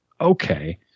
Okay